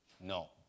No